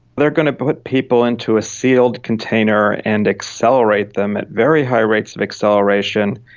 they're going to put people into a sealed container and accelerate them at very high rates of acceleration,